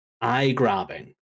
eye-grabbing